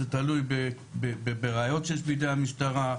זה תלוי בראיות שיש בידי המשטרה,